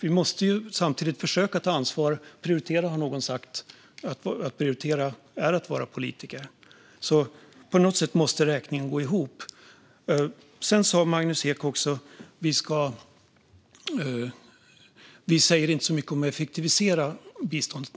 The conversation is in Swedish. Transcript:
Vi måste samtidigt försöka ta ansvar - prioritera har någon sagt. Att prioritera är att vara politiker. På något sätt måste räkningen gå ihop. Magnus Ek sa också att vi inte säger så mycket om att effektivisera biståndet.